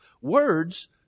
Words